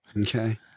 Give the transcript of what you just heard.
Okay